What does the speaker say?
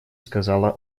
сказала